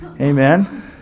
Amen